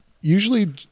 usually